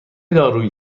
دارویی